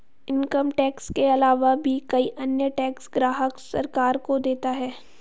income tax के आलावा भी कई अन्य टैक्स ग्राहक सरकार को देता है